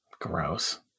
Gross